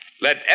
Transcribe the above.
Let